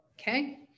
okay